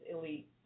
Elite